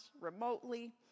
remotely